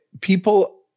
people